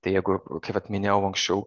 tai jeigu tai vat minėjau anksčiau